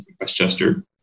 Westchester